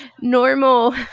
normal